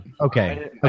Okay